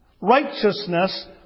Righteousness